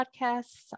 podcasts